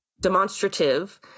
demonstrative